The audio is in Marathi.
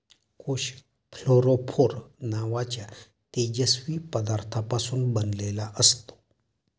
कोष फ्लोरोफोर नावाच्या तेजस्वी पदार्थापासून बनलेला असतो